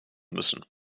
müssen